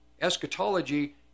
eschatology